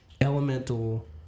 elemental